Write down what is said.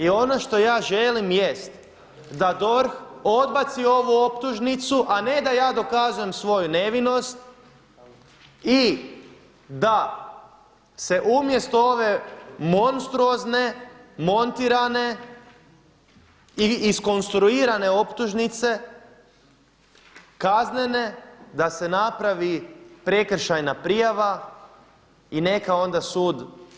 I ono što ja želim jest da DORH odbaci ovu optužnicu, a ne da ja dokazujem svoju nevinost i da se umjesto ove monstruozne, montirane i iskonstruirane optužnice kaznene da se napravi prekršajna prijava i neka onda sud.